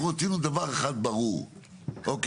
אנחנו רצינו דבר אחד ברור אוקי?